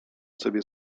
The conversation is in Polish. sobie